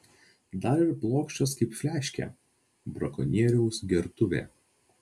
dar ir plokščias kaip fliaškė brakonieriaus gertuvė